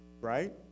right